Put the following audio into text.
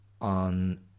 on